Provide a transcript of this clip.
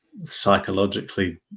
psychologically